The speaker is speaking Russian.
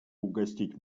угостить